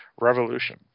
revolution